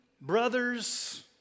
brothers